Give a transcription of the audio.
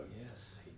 Yes